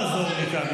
לא לעזור לי כאן.